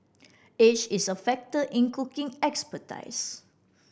age is a factor in cooking expertise